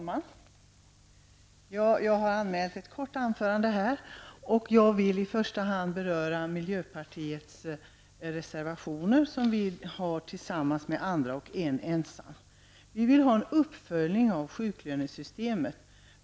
Herr talman! Jag har anmält ett kort anförande. Jag vill i första hand beröra miljöpartiets reservationer. Alla utom en av dessa har avgivits tillsammans med andra partier. Vi vill ha en uppföljning av sjuklönesystemet.